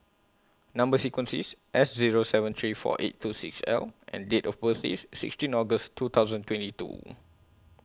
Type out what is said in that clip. Number sequence IS S Zero seven three four eight two six L and Date of birth IS sixteen August two thousand twenty two